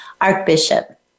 Archbishop